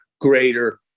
greater